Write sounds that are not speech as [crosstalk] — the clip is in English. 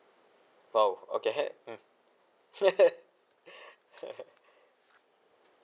!wow! okay that [laughs]